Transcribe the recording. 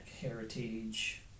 Heritage